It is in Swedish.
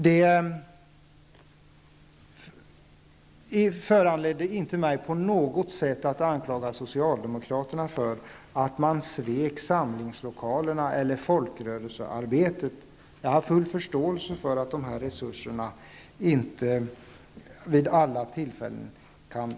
Det föranledde inte mig att på något sätt anklaga socialdemokraterna för att de svek samlingslokalerna eller folkrörelsearbetet. Jag hade full förståelse för att dessa resurser inte kan tas fram vid alla tillfällen.